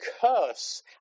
curse